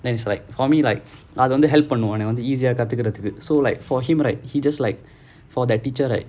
then it's like for me like அது வந்து:athu vanthu help பண்ணும்:pannum easy eh கத்துக்குறதுக்கு:kathukkurathukku so like for him right he just like for that teacher right